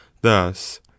thus